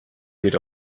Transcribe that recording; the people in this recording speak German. geht